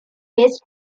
best